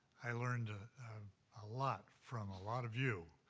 i learned ah a lot from a lot of you.